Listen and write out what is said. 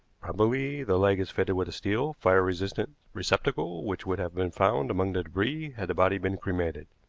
probably the leg is fitted with a steel, fire-resisting receptacle which would have been found among the debris had the body been cremated.